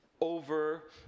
over